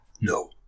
No